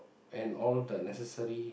and all the necessary